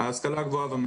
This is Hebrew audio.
ההשכלה הגבוהה והמשלימה.